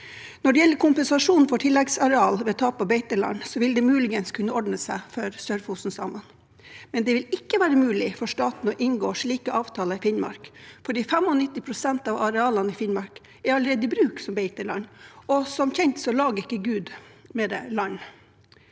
Når det gjelder kompensasjon med tilleggsarealer ved tap av beiteland, vil det muligens kunne ordne seg for Sør-Fosen-samene, men det vil ikke være mulig for staten å inngå slike avtaler i Finnmark, fordi 95 pst. av arealene i Finnmark allerede er i bruk som beiteland. Som kjent lager ikke Gud mer land.